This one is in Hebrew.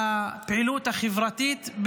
בפעילות החברתית,